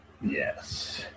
Yes